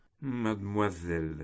Mademoiselle